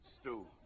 Stew